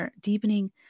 deepening